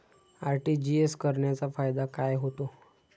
RTGS करण्याचा फायदा काय होतो?